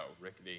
rickety